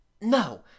No